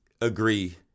agree